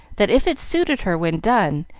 that, if it suited her when done,